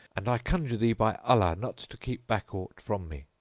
and i conjure thee by allah not to keep back aught from me.